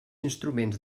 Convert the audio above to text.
instruments